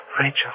Rachel